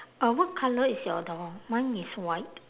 uh what colour is your that one mine is white